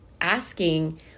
asking